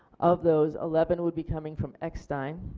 of those, eleven would be coming from eckstein,